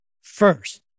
First